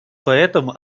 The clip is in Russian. поэтому